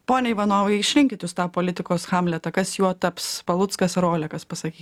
pone ivanovai išrinkit jūs tą politikos hamletą kas juo taps paluckas ar olekas pasaky